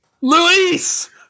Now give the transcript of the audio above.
Luis